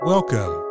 Welcome